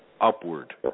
upward